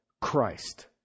Christ